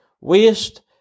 waste